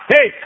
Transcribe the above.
Hey